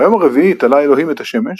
ביום הרביעי תלה אלוהים את השמש,